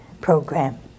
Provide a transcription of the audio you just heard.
program